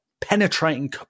penetrating